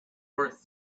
worth